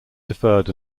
deferred